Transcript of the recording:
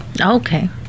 Okay